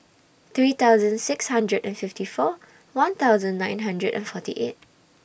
three thousand six hundred and fifty four one thousand nine hundred and forty eight